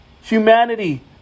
humanity